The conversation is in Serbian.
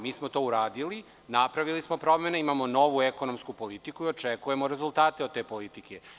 Mi smo to uradili, napravili smo promene, imamo novu ekonomsku politiku i očekujemo rezultate od te politike.